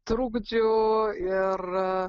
trukdžių ir